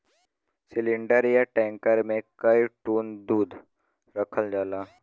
cylinder या tanker मे कई टन दूध रखल जाला